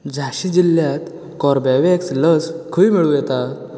झाँसी जिल्ल्यांत कोर्बेवॅक्स लस खंय मेळूं येता